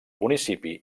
municipi